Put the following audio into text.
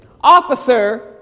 officer